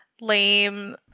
lame